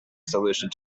solution